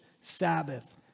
Sabbath